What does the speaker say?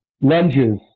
lunges